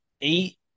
eight